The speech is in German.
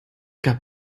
gab